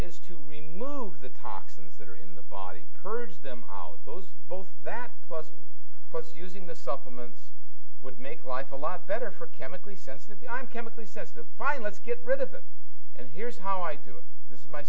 is to remove the toxins that are in the body purge them out those both that plus of course using the supplements would make life a lot better for chemically sensitive the i'm chemically sensitive fine let's get rid of it and here's how i do it this is my